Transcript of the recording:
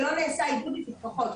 שלא נעשה עיבוד לתפרחות,